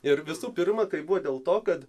ir visų pirma tai buvo dėl to kad